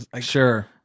sure